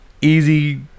easy